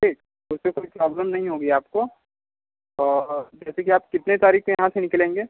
ठीक उसमें कोई प्रॉब्लम नही होगी आपको और जैसे कि आप कितनी तारीख को यहाँ से निकलेंगे